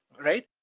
right?